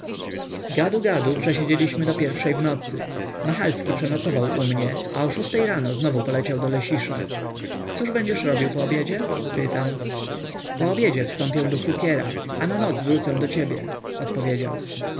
gadu przesiedzieliśmy do pierwszej w nocy machalski przenocował u mnie a o szóstej rano znowu poleciał do lesisza cóż będziesz robił po obiedzie pytam po obiedzie wstąpię do fukiera a na noc wrócę do ciebie odpowiedział